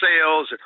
sales